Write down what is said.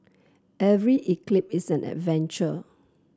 every eclipse is an adventure